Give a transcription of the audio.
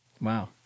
Wow